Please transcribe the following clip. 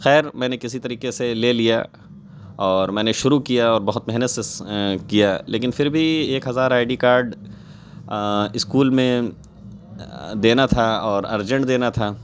خیر میں نے کسی طریقے سے لے لیا اور میں نے شروع کیا اور بہت محنت سے کیا لیکن پھر بھی ایک ہزار آئی ڈی کارڈ اسکول میں دینا تھا اور ارجینٹ دینا تھا